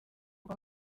rwa